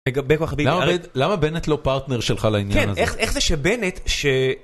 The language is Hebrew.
למה בנט לא פארטנר שלך לעניין הזה? כן, איך זה שבנט, ש...